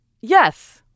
yes